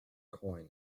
coin